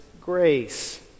grace